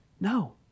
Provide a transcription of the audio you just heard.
No